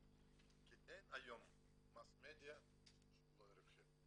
כי אין היום mass media שהוא רווחי.